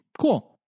cool